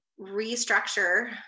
restructure